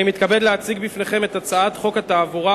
אני מתכבד להציג לפניכם את הצעת חוק התעבורה